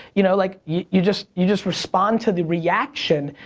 you know, like, you just you just respond to the reaction,